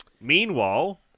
Meanwhile